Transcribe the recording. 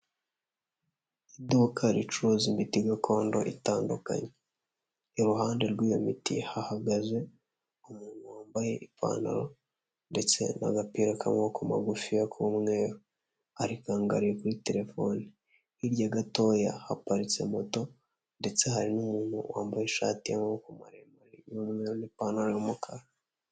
Iduka ricuruza imiti gakondo itandukanye, iruhande rw'iyo miti hahagaze umuntu wambaye ipantaro ndetse n'agapira k'amaboko magufiya k'umweru, ariko arangariye kuri terefone, hirya gatoya haparitse moto, ndetse hari n'umuntu wambaye ishati y'amaboko maremare y'umweru n'ipantaro y'umukara.